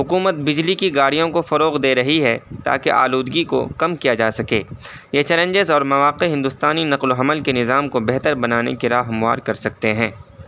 حکومت بجلی کی گاڑیوں کو فروغ دے رہی ہے تاکہ آلودگی کو کم کیا جا سکے یہ چیلنجز اور مواقع ہندوستانی نقل و حمل کے نظام کو بہتر بنانے کی راہ ہموار کر سکتے ہیں